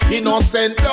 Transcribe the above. Innocent